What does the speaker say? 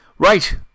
Right